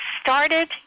started